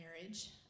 marriage